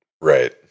Right